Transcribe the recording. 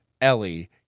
Ellie